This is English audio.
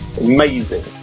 Amazing